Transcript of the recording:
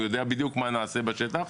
הוא יודע בדיוק מה נעשה בשטח.